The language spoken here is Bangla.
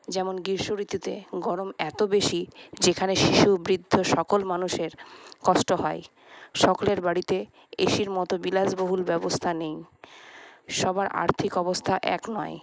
যেমন গ্রীষ্ম ঋতুতে গরম এত বেশি যেখানে শিশু বৃদ্ধ সকল মানুষের কষ্ট হয় সকলের বাড়িতে এসির মতো বিলাসবহুল ব্যবস্থা নেই সবার আর্থিক অবস্থা এক নয়